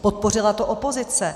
Podpořila to opozice.